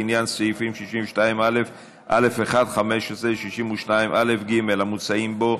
(5) לעניין סעיפים 62א(א1)(15) ו-62א(ג) המוצעים בו,